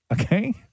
Okay